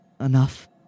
enough